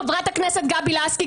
חברת הכנסת גבי לסקי,